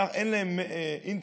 אין להם אינטרנט,